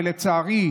לצערי,